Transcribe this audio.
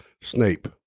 Snape